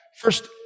first